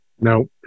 No